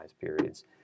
periods